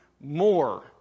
more